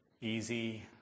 easy